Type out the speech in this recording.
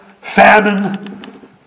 famine